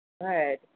Good